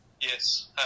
Yes